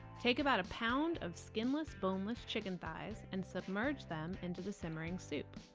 take about a pound of skinless, boneless chicken thighs and submerge them into the simmering soup.